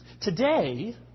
Today